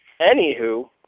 Anywho